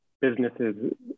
businesses